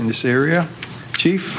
in this area chief